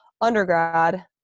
undergrad